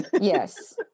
Yes